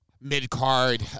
mid-card